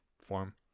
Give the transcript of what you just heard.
form